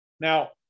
Now